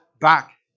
back